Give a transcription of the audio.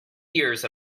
years